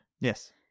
Yes